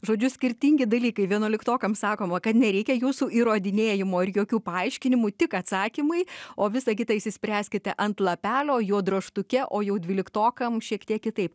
žodžiu skirtingi dalykai vienuoliktokams sakoma kad nereikia jūsų įrodinėjimo ir jokių paaiškinimų tik atsakymai o visą kitą išsispręskite ant lapelio juodroštuke o jau dvyliktokam šiek tiek kitaip